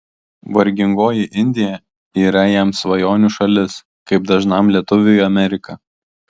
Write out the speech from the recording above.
vargingoji indija yra jam svajonių šalis kaip dažnam lietuviui amerika